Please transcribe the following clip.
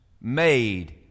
made